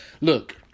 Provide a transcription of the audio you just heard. Look